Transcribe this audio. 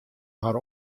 har